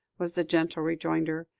was the gentle rejoinder.